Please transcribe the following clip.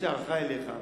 יש לי הערכה אליך,